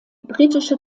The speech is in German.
britische